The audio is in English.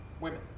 women